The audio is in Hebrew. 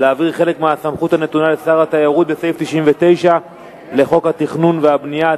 להעביר חלק מהסמכות הנתונה לשר התיירות בסעיף 99 לחוק התכנון והבנייה,